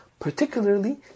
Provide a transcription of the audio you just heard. Particularly